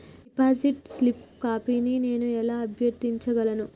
Deposit slip కాపీని నేను ఎలా అభ్యర్థించగలను?